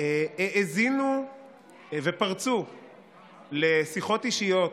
האזינו ופרצו לשיחות אישיות